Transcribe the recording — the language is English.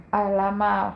!alamak!